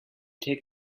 take